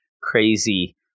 crazy